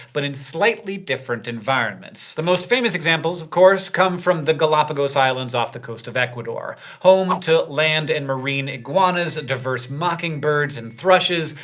but in slightly different environments. the most famous examples, of course, come from the galapagos islands off the coast of ecuador, home to land and marine iguanas, diverse mockingbirds and thrushes,